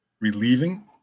relieving